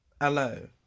Hello